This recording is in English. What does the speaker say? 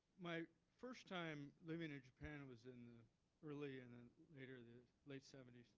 my first time living in japan was in early and then, later, the late seventy s.